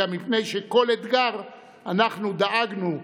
גם מפני שכל אתגר אנחנו דאגנו,